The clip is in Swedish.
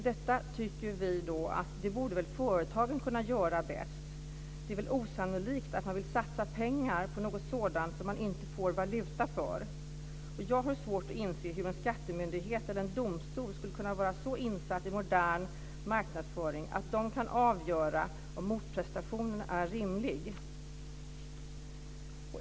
Detta tycker vi att företagen borde kunna göra bäst. Det är väl osannolikt att man vill satsa pengar på något sådant som man inte får valuta för. Jag har svårt att inse hur en skattemyndighet eller domstol skulle kunna vara så insatt i modern marknadsföring att de kan avgöra om motprestationen är rimlig.